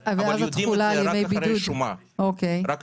יודעים את זה רק אחרי השומה בדיעבד.